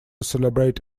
celebrate